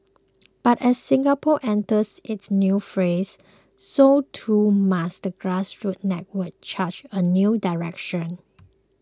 but as Singapore enters its new phase so too must the grassroots network chart a new direction